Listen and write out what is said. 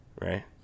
right